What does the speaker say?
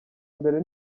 mbere